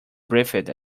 breathed